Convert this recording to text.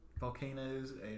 volcanoes